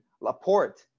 Laporte